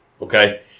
okay